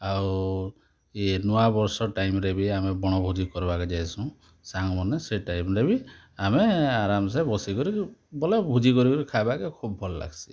ଆଉ ଏ ନୂଆ ବର୍ଷ ଟାଇମ୍ରେ ବି ଆମେ ବଣ ଭୋଜି କରବାକେ ଯାଇସୁଁ ସାଙ୍ଗମାନେ ସେ ଟାଇମ୍ରେ ବି ଆମେ ଆରାମସେ ବସି କରି ବୋଲେ ଭୋଜି କରି ଖାଇବା କେ ଖୁବ୍ ଭଲ ଲାଗ୍ସି